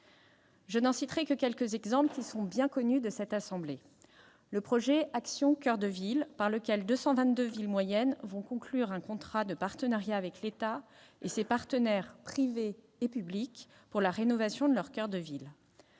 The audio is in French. Je n'en citerai que quelques exemples, qui sont bien connus des membres de cette assemblée : le programme « Action coeur de ville », par lequel 222 villes moyennes vont conclure un contrat de partenariat avec l'État et ses partenaires privés et publics pour la rénovation de leurs coeurs de ville